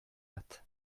bat